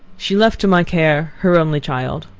she left to my care her only child,